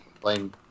playing